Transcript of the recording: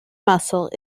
muscle